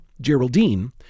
Geraldine